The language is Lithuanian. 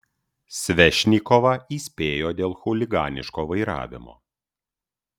svešnikovą įspėjo dėl chuliganiško vairavimo